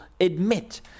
admit